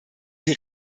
sie